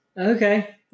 Okay